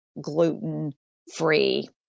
gluten-free